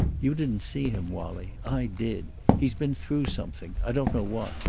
you didn't see him, wallie. i did. he's been through something, i don't know what.